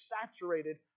saturated